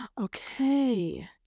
Okay